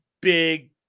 big